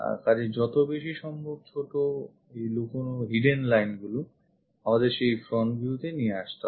কাজেই যত বেশি সম্ভব ছোট লুকোনো line আমাদের সেই front view তে নিয়ে আসতে হবে